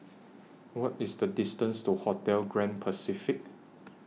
What IS The distance to Hotel Grand Pacific